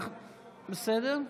בסדר?